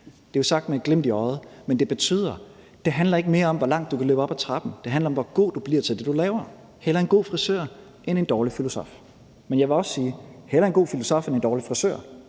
Det er jo sagt med et glimt i øjet, men det betyder, at det ikke mere handler om, hvor langt du kan løbe op ad trappen; det handler om, hvor god du bliver til det, du laver. Hellere en god frisør end en dårlig filosof. Men jeg vil også sige: Hellere en god filosof end en dårlig frisør.